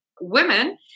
women